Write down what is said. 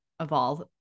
evolve